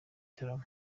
gitaramo